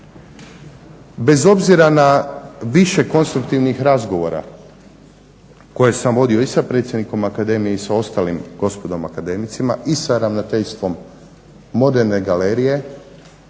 Bez obzira na više konstruktivnih razgovora koje sam vodio i sa predsjednikom Akademije i sa ostalim gospodom akademicima i sa ravnateljstvom Moderne galerije